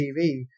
TV